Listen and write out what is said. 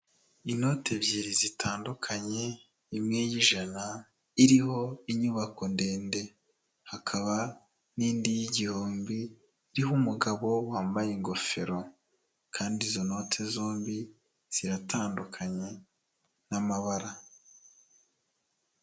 Inoti ebyiri zitandukanye, imwe y'ijana, iriho inyubako ndende, hakaba n'indi y'igihumbi, iriho umugabo wambaye ingofero, kandi izo note zombi ziratandukanye n'amabara.